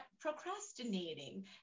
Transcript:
procrastinating